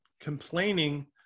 complaining